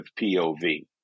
POV